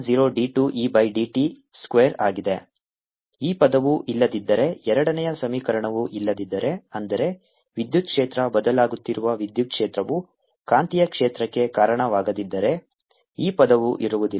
E 2E ∂t 00E∂t 002E2t ಈ ಪದವು ಇಲ್ಲದಿದ್ದರೆ ಎರಡನೆಯ ಸಮೀಕರಣವು ಇಲ್ಲದಿದ್ದರೆ ಅಂದರೆ ವಿದ್ಯುತ್ ಕ್ಷೇತ್ರ ಬದಲಾಗುತ್ತಿರುವ ವಿದ್ಯುತ್ ಕ್ಷೇತ್ರವು ಕಾಂತೀಯ ಕ್ಷೇತ್ರಕ್ಕೆ ಕಾರಣವಾಗದಿದ್ದರೆ ಈ ಪದವು ಇರುವುದಿಲ್ಲ